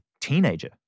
teenager